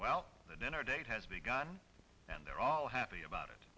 well the dinner date has begun and they're all happy about it